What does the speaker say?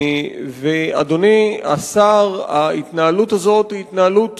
אדוני השר, ההתנהלות הזאת היא התנהלות